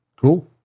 Cool